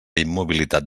immobilitat